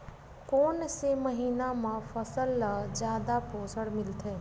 कोन से महीना म फसल ल जादा पोषण मिलथे?